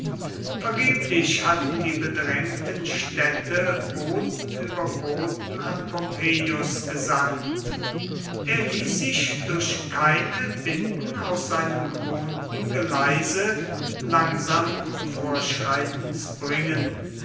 vergeblich hatten die bedrängten städte boten über boten an pompeius gesandt er ließ sich durch keine bitten aus seinem gewohnten geleise langsamen vorschreitens bringen